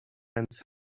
hands